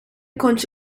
koch